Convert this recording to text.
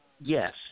Yes